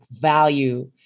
value